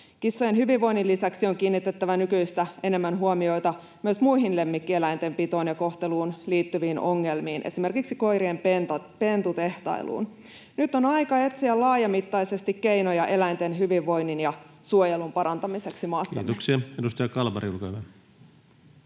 Kissojen hyvinvoinnin lisäksi on kiinnitettävä nykyistä enemmän huomiota myös muihin lemmikkieläinten pitoon ja kohteluun liittyviin ongelmiin, esimerkiksi koirien pentutehtailuun. Nyt on aika etsiä laajamittaisesti keinoja eläinten hyvinvoinnin ja suojelun parantamiseksi maassamme. [Speech 121] Speaker: